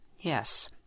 Yes